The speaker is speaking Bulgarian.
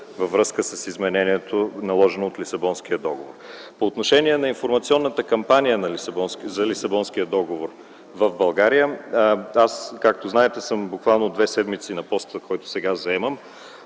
във връзка с изменението, наложено от Лисабонския договор. По отношение на информационната кампания за Лисабонския договор. Както знаете, аз от две седмици съм на поста, който сега заемам.